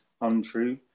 untrue